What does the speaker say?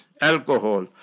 alcohol